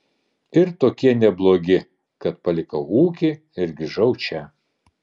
ir tokie neblogi kad palikau ūkį ir grįžau čia